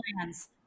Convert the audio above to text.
plans